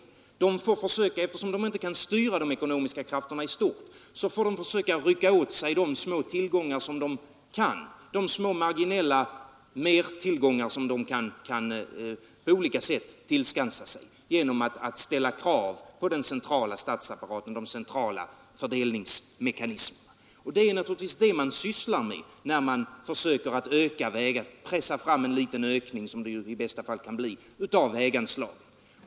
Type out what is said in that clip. De administrativa organen får försöka, eftersom de inte kan styra de ekonomiska krafterna i stort, att rycka åt sig de små tillgångar som de kan rycka åt sig, de små marginella mertillgångar som de på olika sätt kan tillskansa sig genom att ställa krav på den centrala statsapparaten, den centrala fördelningsmekanismen. Det är naturligtvis detta man sysslar med när man t.ex. försöker pressa fram en liten ökning — som det ju i bästa fall kan bli — av väganslagen.